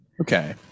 Okay